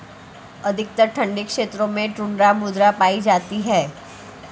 अत्यधिक ठंडे क्षेत्रों में टुण्ड्रा मृदा पाई जाती है